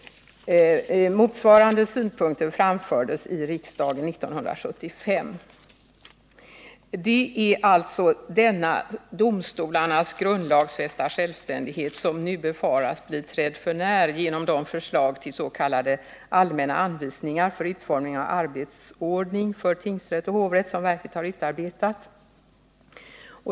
Motsvarande synpunkter framfördes i riksdagen 1975. Det är alltså denna domstolarnas grundlagsfästa självständighet som nu befaras bli trädd för när genom det förslag till s.k. allmänna anvisningar för utformning av arbetsordning för tingsrätt och hovrätt som verket har utarbetat.